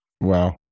Wow